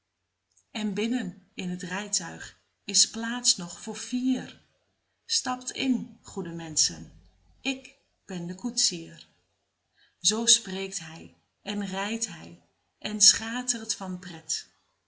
en binnen in t rijtuig is plaats nog voor vier stapt in goede menschen ik ben de koetsier zoo spreekt hij en rijdt hij en schatert van pret